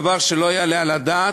דבר שלא יעלה על הדעת.